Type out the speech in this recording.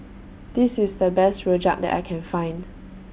This IS The Best Rojak that I Can Find